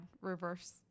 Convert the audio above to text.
reverse